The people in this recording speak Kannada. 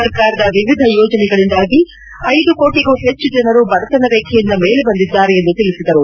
ಸರ್ಕಾರದ ವಿವಿಧ ಯೋಜನೆಗಳಿಂದಾಗಿ ಐದು ಕೋಟಿಗೂ ಹೆಚ್ಚು ಜನರು ಬಡತನ ರೇಖೆಯಿಂದ ಮೇಲೆ ಬಂದಿದ್ದಾರೆ ಎಂದು ತಿಳಿಸಿದರು